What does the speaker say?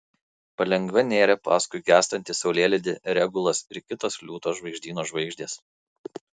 palengva nėrė paskui gęstantį saulėlydį regulas ir kitos liūto žvaigždyno žvaigždės